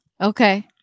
Okay